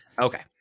Okay